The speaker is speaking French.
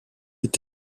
est